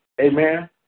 Amen